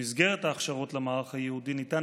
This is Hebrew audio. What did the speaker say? במסגרת ההכשרות למערך הייעודי מושם